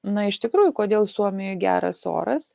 na iš tikrųjų kodėl suomijoj geras oras